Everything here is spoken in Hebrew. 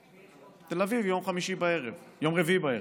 בחוץ, בתל אביב, יום רביעי בערב.